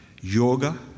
yoga